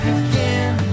again